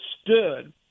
stood